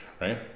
right